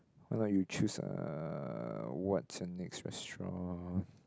why not you choose uh what's the next restaurant